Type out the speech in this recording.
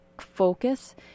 focus